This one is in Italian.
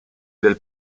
del